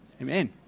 Amen